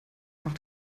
macht